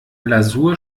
lasur